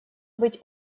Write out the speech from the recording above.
быть